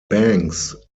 banks